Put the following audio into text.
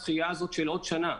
מה נותנת הדחייה הזאת של עוד שנה?